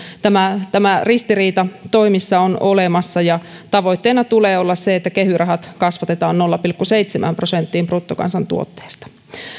tämä tämä ristiriita toimissa on olemassa ja tavoitteena tulee olla se että kehy rahat kasvatetaan nolla pilkku seitsemään prosenttiin bruttokansantuotteesta